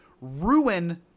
ruin